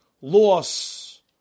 loss